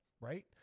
right